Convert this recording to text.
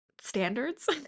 standards